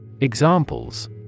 Examples